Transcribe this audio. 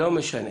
לא משנה.